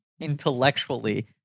intellectually